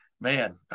man –